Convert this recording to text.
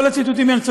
כל הציטוטים האלה,